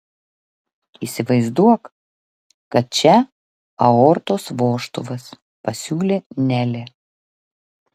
įsivaizduok kad čia aortos vožtuvas pasiūlė nelė